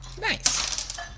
Nice